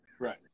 Right